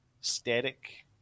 static